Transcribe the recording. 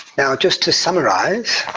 how just to summarize,